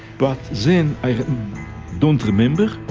but then i don't remember